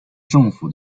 政府